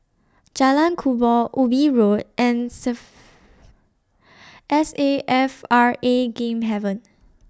Jalan Kubor Ubi Road and S A F R A Game Haven